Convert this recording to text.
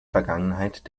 vergangenheit